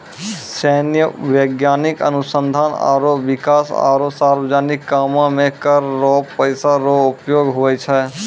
सैन्य, वैज्ञानिक अनुसंधान आरो बिकास आरो सार्वजनिक कामो मे कर रो पैसा रो उपयोग हुवै छै